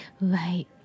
Right